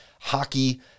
hockey